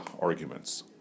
arguments